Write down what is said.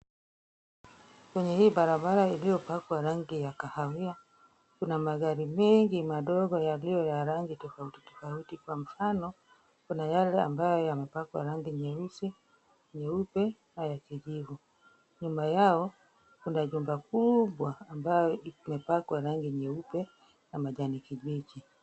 Kwenye hii barabara hii iliyopakwa rangi ya kahawia kuna magari mengi yaliyopakwa rangi tofauti tofauti. Kwa mfano Kuna meusi, meupe na ya kijivu. Nyuma yao kuna jumba kubwa ambayo imepakwa rangi nyeupe na majani kibichi.